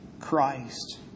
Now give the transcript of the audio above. Christ